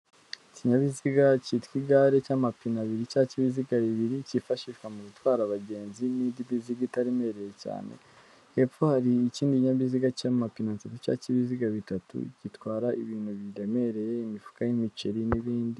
Ikinyabiziga cyitwa igare cy'amapine abiri cyangwa k'ibiziga bibiri cyifashishwa mu gutwara abagenzi n'imizigo itaremereye cyane, hepfo hari ikinyabiziga cy'amapine atatu cy'ibiziga cyangwa bitatu gitwara ibintu biremereye; imifuka y'imiceri n'ibindi.